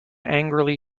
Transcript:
angrily